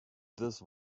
this